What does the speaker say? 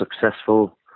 successful